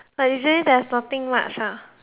but usually there's nothing much ah